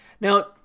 Now